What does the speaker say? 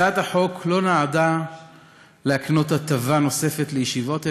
הצעת החוק לא נועדה להקנות הטבה נוספת לישיבות,